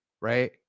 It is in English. right